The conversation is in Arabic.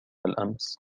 الأمس